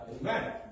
Amen